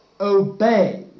Obey